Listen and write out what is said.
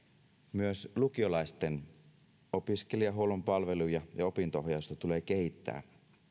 myös lukiolaisten opiskelijahuollon palveluja ja opinto ohjausta tulee kehittää